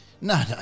No